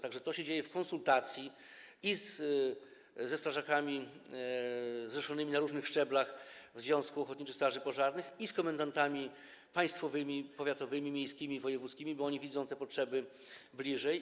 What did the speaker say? Tak że to się dzieje w konsultacji i ze strażakami zrzeszonymi na różnych szczeblach Związku Ochotniczych Straży Pożarnych, i z komendantami państwowymi, powiatowymi, miejskimi, wojewódzkimi, bo oni widzą te potrzeby bliżej.